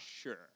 sure